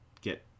get